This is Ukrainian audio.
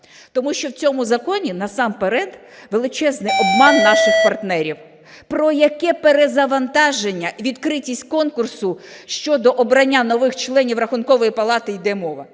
тому що в цьому законі насамперед величезний обман наших партнерів. Про яке перезавантаження, відкритість конкурсу щодо обрання нових членів Рахункової палати йде мова?